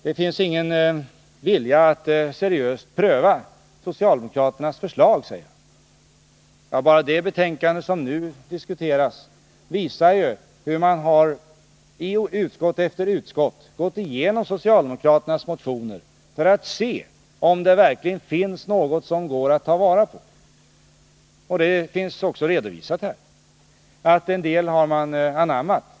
Det finns ingen vilja att seriöst pröva socialdemokraternas förslag, säger han. Ja, bara det betänkande som nu diskuteras visar ju hur man i utskott efter utskott gått igenom socialdemokraternas motioner för att se om det verkligen finns något som går att ta vara på. Det finns också redovisat att man har anammat en del.